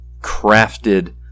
crafted